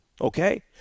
Okay